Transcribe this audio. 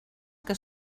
que